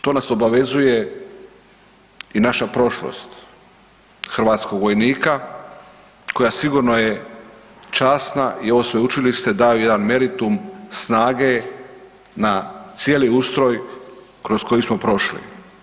To nas obavezuje i naša prošlost hrvatskog vojnika koja sigurno je časna i ovo sveučilište daje jedan meritum snage na cijeli ustroj kroz koji smo prošli.